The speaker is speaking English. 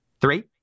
Three